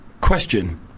question